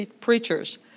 preachers